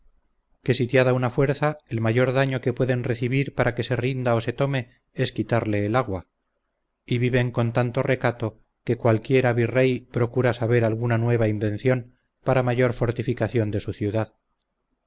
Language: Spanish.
que sitiada una fuerza el mayor daño que pueden recibir para que se rinda o se tome es quitarle el agua y viven con tanto recato que cualquiera virrey procura saber alguna nueva invención para mayor fortificación de su ciudad